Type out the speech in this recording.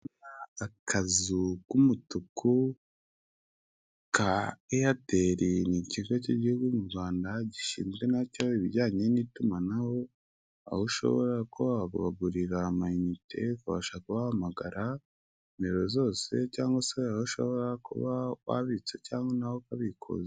Akazu k'umutuku ka eyateri ni ikigo cy'igihugu mu Rwanda gishinzwe nacyo ibijyanye n'itumanaho aho ushobora kubagurira amayinite ukaba gubahamagara; nomero zose cyangwa se ushobora kuba wabitsa cyangwa naho ukabikuza.